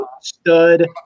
stud